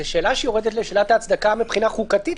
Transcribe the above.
זו שאלה שיורדת לשאלת ההצדקה מבחינה חוקתית.